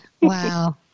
Wow